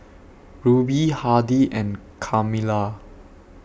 Ruby Hardy and Carmela